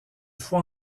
fois